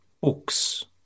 books